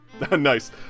Nice